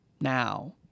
Now